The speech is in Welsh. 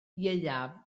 ieuaf